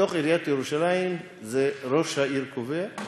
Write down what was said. בתוך עיריית ירושלים ראש העיר קובע,